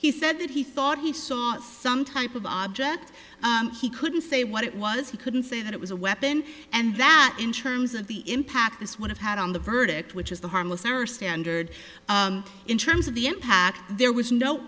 he said that he thought he saw some type of object he couldn't say what it was he couldn't say that it was a weapon and that in terms of the impact this would have had on the verdict which is the harmless error standard in terms of the impact there was no